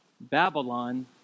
Babylon